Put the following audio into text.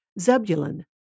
Zebulun